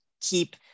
keep